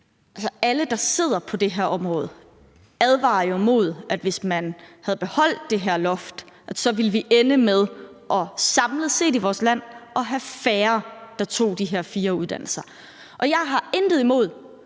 Alle, der sidder på det her område, siger jo, at hvis man havde beholdt det her loft, ville vi være endt med samlet set i vores land at have færre, der tog de her fire uddannelser. Jeg har intet imod